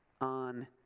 on